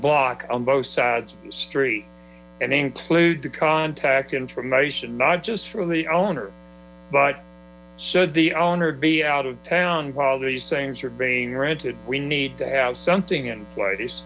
block on both sides street and include the contact information not just from the owner but should the owner be out of town while these things are being rented we need to have something in place